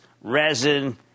resin